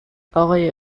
اقای